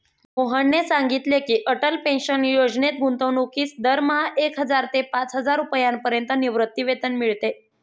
मोहनने सांगितले की, अटल पेन्शन योजनेत गुंतवणूकीस दरमहा एक हजार ते पाचहजार रुपयांपर्यंत निवृत्तीवेतन मिळते